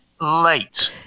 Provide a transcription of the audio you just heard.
late